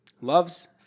loves